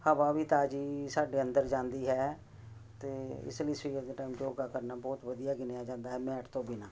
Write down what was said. ਹਵਾ ਵੀ ਤਾਜ਼ੀ ਸਾਡੇ ਅੰਦਰ ਜਾਂਦੀ ਹੈ ਅਤੇ ਇਸ ਲਈ ਸਵੇਰ ਦੇ ਟਾਈਮ ਯੋਗਾ ਕਰਨਾ ਬਹੁਤ ਵਧੀਆ ਗਿਣਿਆ ਜਾਂਦਾ ਹੈ ਮੈਟ ਤੋਂ ਬਿਨਾਂ